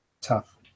tough